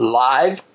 live